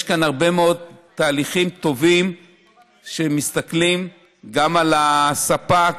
יש כאן הרבה מאוד תהליכים טובים שמסתכלים גם על הספק,